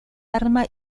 arma